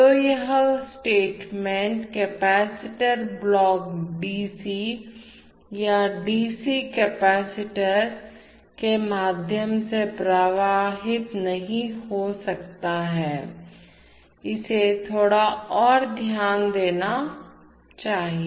तो यह statement capacitor block d c या d c कैपेसिटर के माध्यम से प्रवाहित नहीं हो सकता है इसे थोड़ा और ध्यान देना चाहिए